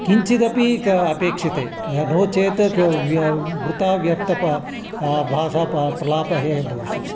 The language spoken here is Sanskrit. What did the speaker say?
किञ्चिदपि क अपेक्षते न नो चेत् वि वृथा व्यर्थ प भाषा प प्रलापं भविष्यति